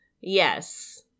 Yes